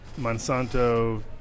Monsanto